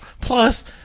plus